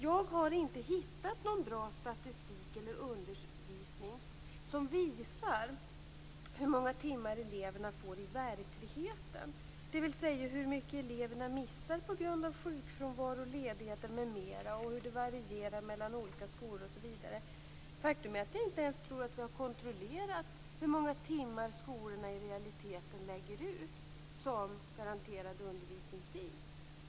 Jag har inte hittat någon bra statistik eller undersökning som visar hur många timmar eleverna får i verkligheten, dvs. hur mycket eleverna missar på grund av sjukfrånvaro, ledighet m.m. och hur det varierar mellan olika skolor. Faktum är att jag inte ens tror att vi har kontrollerat hur många timmar skolorna i realiteten lägger ut som garanterad undervisningstid.